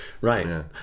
right